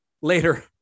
later